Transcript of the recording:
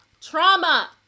Trauma